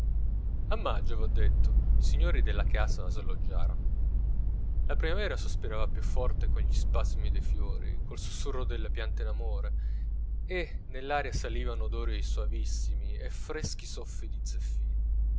maggio v'ho detto i signori della casa sloggiarono la primavera sospirava più forte con gli spasimi dei fiori col susurro delle piante in amore e nell'aria salivano odori soavissimi e freschi soffi di zeffiri